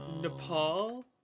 Nepal